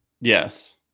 Yes